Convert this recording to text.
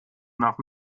nach